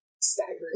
staggering